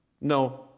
No